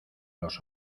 los